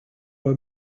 were